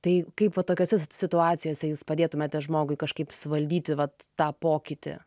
tai kaip va tokiose situacijose jūs padėtumėte žmogui kažkaip suvaldyti vat tą pokytį